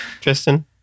Tristan